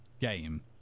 game